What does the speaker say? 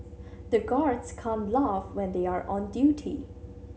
the guards can't laugh when they are on duty